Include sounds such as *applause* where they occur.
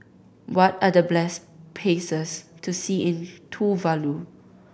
what are the *unintelligible* places to see in Tuvalu